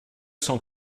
cent